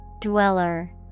Dweller